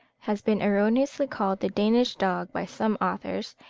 has been erroneously called the danish dog by some authors,